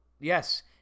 Yes